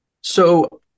So-